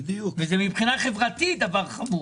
שזה מבחינה חברתית דבר חמור.